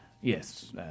Yes